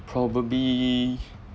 probably